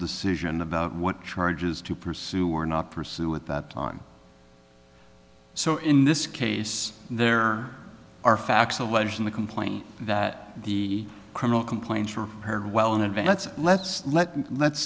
decision about what charges to pursue or not pursue at that time so in this case there are facts alleged in the complaint that the criminal complaints were paired well in advance let's let let's